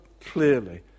clearly